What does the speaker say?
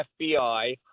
FBI